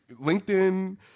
LinkedIn